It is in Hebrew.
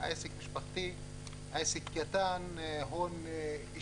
עסק משפחתי, עסק קטן, הון אישי.